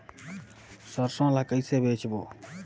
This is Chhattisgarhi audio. सरसो ला कइसे बेचबो?